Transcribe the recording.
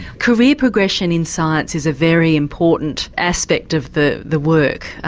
career progression in science is a very important aspect of the the work,